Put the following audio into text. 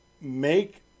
make